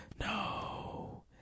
No